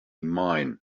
mine